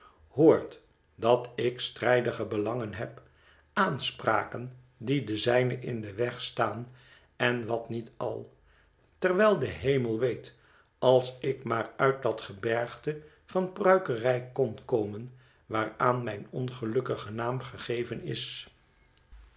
hoort dat ik strijdige belangen heb aanspraken die de zijne in den weg staan en wat niet al terwijl de hemel weet als ik maar uit dat gebergte van pruikerij kon komen waaraan mijn ongelukkige naam gegeven is